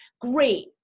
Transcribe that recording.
Great